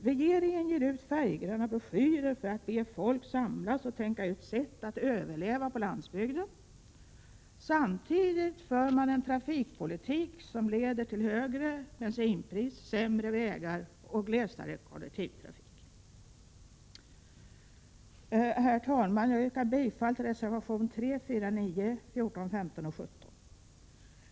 Regeringen ger ut färggranna broschyrer för att be folk att samlas och tänka ut sätt att överleva på landsbygden. Samtidigt för man en trafikpolitik som leder till högre bensinpris, sämre vägar och glesare kollektivtrafik. Herr talman! Jag yrkar bifall till reservationerna 3, 4, 9, 14, 15 och 17.